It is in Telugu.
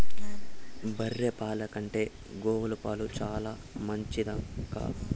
బర్రె పాల కంటే గోవు పాలు చాలా మంచిదక్కా